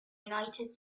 united